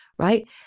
right